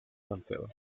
salcedo